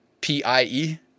P-I-E